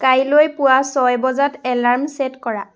কাইলৈ পুৱা ছয় বজাত এলাৰ্ম ছেট কৰা